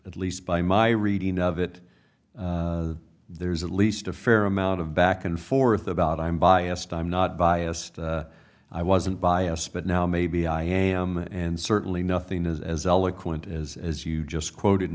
at least by my reading of it there's at least a fair amount of back and forth about i'm biased i'm not biased i wasn't bias but now maybe i am and certainly nothing is as eloquent as as you just quoted